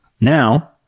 Now